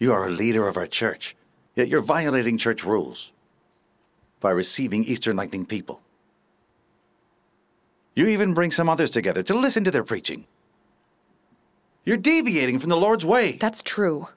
you are a leader of a church you're violating church rules by receiving eastern lightning people you even bring some others together to listen to their preaching your deviating from the lord's way that's true